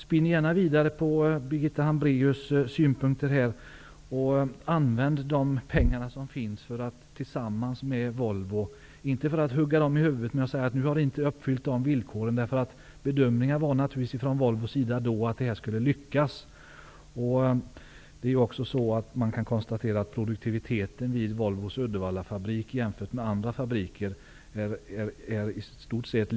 Spinn gärna vidare på Birgitta Hambraeus synpunkter och använd de pengar som finns tillsammans med Volvo. Här är inte läge för att hugga Volvo i huvudet med att säga att företaget inte har uppfyllt villkoren, för Volvos bedömning var naturligtvis att satsningen skulle lyckas. Produktiviteten vid Volvos Uddevallafabrik är i stort sett lika bra som vid andra fabriker.